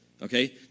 Okay